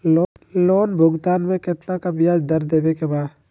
Loan भुगतान में कितना का ब्याज दर देवें के बा?